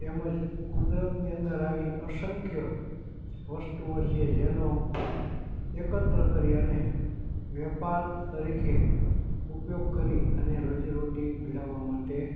તેમજ કુદરતની અંદર આવી અસંખ્ય વસ્તુઓ છે જેનો એકત્ર કરી અને વેપાર તરીકે ઉપયોગ કરી અને રોજીરોટી મેળવવા માટે